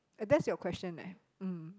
eh that's your question eh